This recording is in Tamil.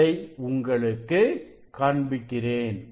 அதை உங்களுக்கு காண்பிக்கிறேன்